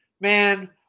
Man